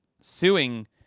suing